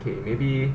okay maybe